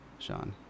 Sean